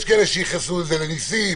יש כאלה שייחסו את זה לניסים,